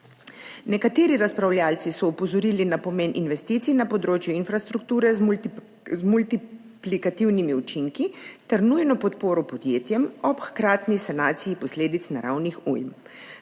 Nekateri razpravljavci so opozorili na pomen investicij na področju infrastrukture z multiplikativnimi učinki ter nujno podporo podjetjem ob hkratni sanaciji posledic naravnih ujm.